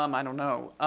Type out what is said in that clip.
um i don't know,